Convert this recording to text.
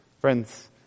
Friends